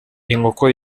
inkoko